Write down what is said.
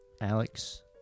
Alex